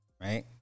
right